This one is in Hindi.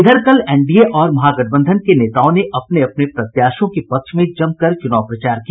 इधर कल एनडीए और महागठबंधन के नेताओं ने अपने अपने प्रत्याशियों के पक्ष में जम कर चुनाव प्रचार किया